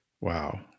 Wow